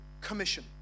Commission